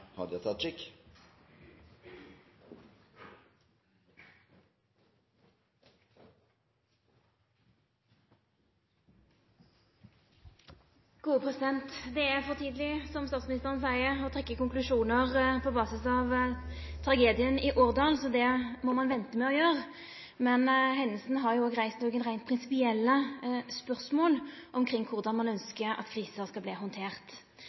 for tidleg, som statsministeren seier, å trekkja konklusjonar på basis av tragedien i Årdal, så det må ein venta med å gjera. Men hendinga har reist nokre reint prinsipielle spørsmål omkring korleis ein ønskjer at ein krise skal verte handtert.